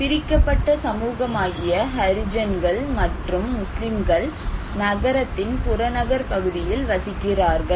பிரிக்கப்பட்ட சமூகமாகிய ஹரிஜான்கள் மற்றும் முஸ்லிம்கள் நகரத்தின் புறநகர் பகுதியில் வசிக்கிறார்கள்